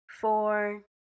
four